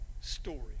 story